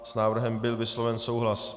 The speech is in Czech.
S návrhem byl vysloven souhlas.